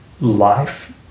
life